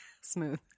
Smooth